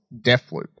Deathloop